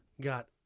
got